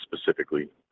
specifically